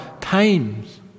times